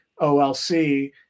OLC